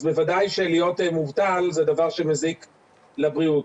אז בוודאי שלהיות מובטל זה דבר שמזיק לבריאות.